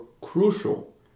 crucial